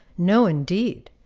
no, indeed!